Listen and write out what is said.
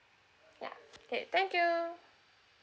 ya okay thank you